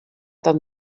tan